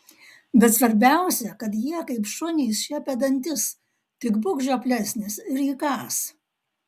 bet svarbiausia kad jie kaip šunys šiepia dantis tik būk žioplesnis ir įkąs